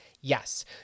Yes